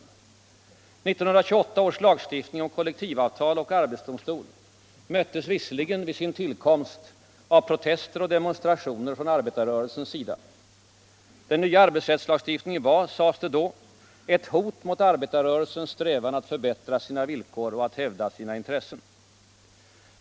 1928 års lagstiftning om kollektivavtal och arbetsdomstol möttes visserligen vid sin tillkomst av protester och demonstrationer från arbetarrörelsens sida. Den nya arbetsrättslagstiftningen var — sades det — ett hot mot arbetarrörelsens strävan att förbättra sina villkor och att hävda sina intressen.